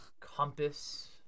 compass